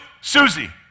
Susie